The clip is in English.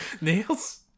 nails